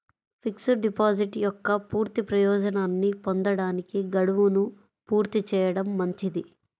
fixed deposit యొక్క పూర్తి ప్రయోజనాన్ని పొందడానికి, గడువును పూర్తి చేయడం మంచిది